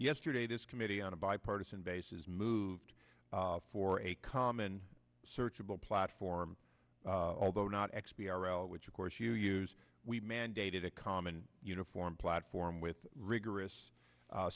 yesterday this committee on a bipartisan basis moved for a common searchable platform although not x b r l which of course you use we mandated a common uniform platform with rigorous